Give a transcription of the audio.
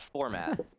format